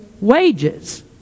wages